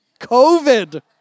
COVID